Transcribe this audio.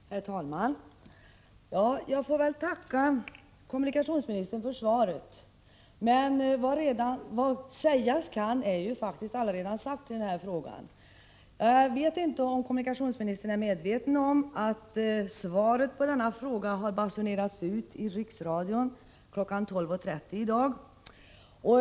Herr talman! Jag får väl tacka kommunikationsministern för svaret. Vad sägas kan i denna fråga är faktiskt allaredan sagt. Jag vet inte om kommunikationsministern är medveten om att svaret på denna fråga har basunerats ut i Riksradion kl. 12.30 i dag.